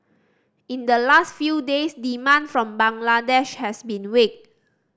in the last few days demand from Bangladesh has been weak